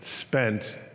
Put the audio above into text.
spent